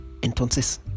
Entonces